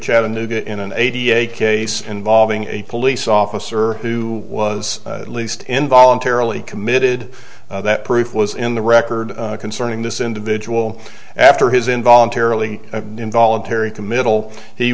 chattanooga in an eighty eight case involving a police officer who was at least in voluntarily committed that proof was in the record concerning this individual after his in voluntarily involuntary committal he